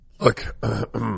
Look